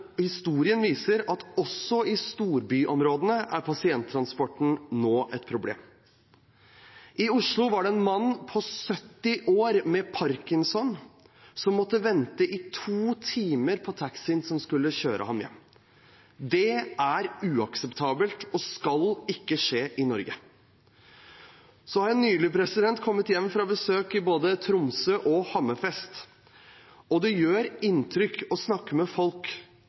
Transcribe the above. viser at også i storbyområdene er pasienttransporten nå et problem. I Oslo var det en mann på 70 år med parkinson som måtte vente i to timer på taxien som skulle kjøre ham hjem. Det er uakseptabelt og skal ikke skje i Norge. Jeg har nylig kommet hjem fra besøk i både Tromsø og Hammerfest, og det gjør inntrykk å snakke med folk